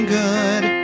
good